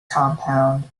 compound